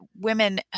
women